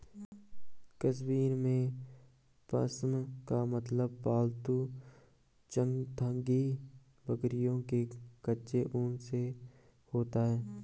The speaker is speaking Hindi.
कश्मीर में, पश्म का मतलब पालतू चंगथांगी बकरियों के कच्चे ऊन से होता है